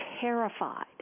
terrified